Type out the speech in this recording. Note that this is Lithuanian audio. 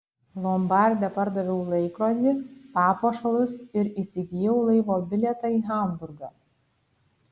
lombarde pardaviau laikrodį papuošalus ir įsigijau laivo bilietą į hamburgą